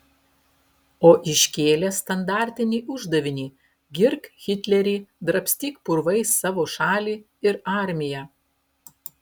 o iškėlė standartinį uždavinį girk hitlerį drabstyk purvais savo šalį ir armiją